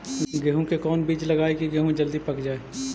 गेंहू के कोन बिज लगाई कि गेहूं जल्दी पक जाए?